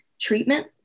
treatment